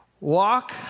walk